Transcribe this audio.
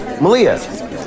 Malia